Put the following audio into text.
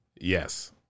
Yes